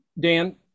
Dan